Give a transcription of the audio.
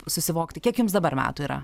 susivokti kiek jums dabar metų yra